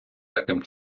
таким